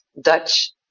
Dutch